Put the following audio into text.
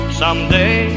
someday